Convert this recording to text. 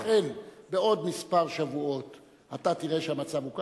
אם אכן בעוד כמה שבועות אתה תראה שהמצב הוא כך,